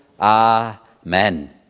amen